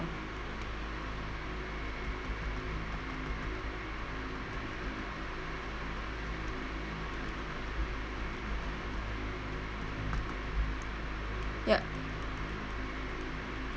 ya